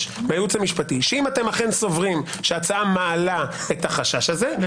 מהייעוץ המשפטי שאם אתם סוברים שההצעה מעלה את החשש הזה,